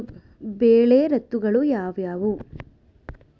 ಬೆಳೆ ಋತುಗಳು ಯಾವ್ಯಾವು?